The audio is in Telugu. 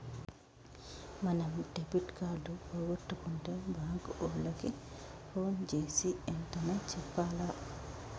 మనం డెబిట్ కార్డు పోగొట్టుకుంటే బాంకు ఓళ్ళకి పోన్ జేసీ ఎంటనే చెప్పాల